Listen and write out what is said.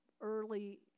early